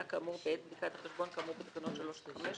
כאמור בעת בדיקת החשבון כאמור בתקנות 3 עד 5,